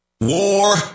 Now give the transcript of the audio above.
war